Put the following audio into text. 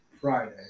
Friday